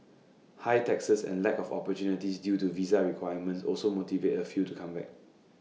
high taxes and lack of opportunities due to visa requirements also motivate A few to come back